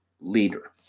Leader